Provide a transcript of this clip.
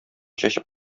чәчеп